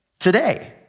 Today